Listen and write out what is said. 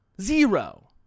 Zero